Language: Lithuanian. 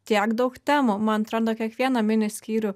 tiek daug temų man atrodo kiekvieną miniskyrių